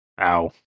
Ow